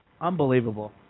Unbelievable